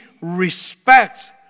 respects